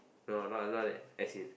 no not not that as in